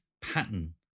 pattern